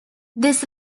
this